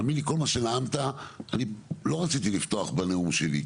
האמן לי כל מה שנאמת אני לא רציתי לפתוח בנאום שלי,